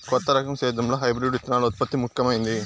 కొత్త రకం సేద్యంలో హైబ్రిడ్ విత్తనాల ఉత్పత్తి ముఖమైంది